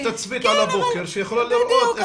תצפית על הבוקר שיכולה לראות איך הם מגיעים לצומת.